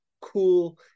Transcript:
cool